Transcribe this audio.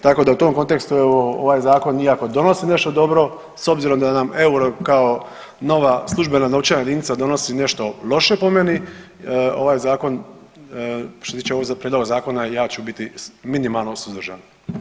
Tako da u tom kontekstu evo ovaj zakon iako donosi nešto dobro s obzirom da nam euro kao nova službena novčana jedinica donosi nešto loše po meni ovaj zakon, što se tiče ovog prijedloga zakona ja ću biti minimalno suzdržan.